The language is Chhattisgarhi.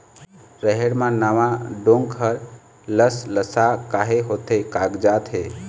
रहेड़ म नावा डोंक हर लसलसा काहे होथे कागजात हे?